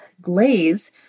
Glaze